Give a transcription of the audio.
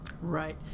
Right